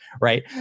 right